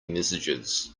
messages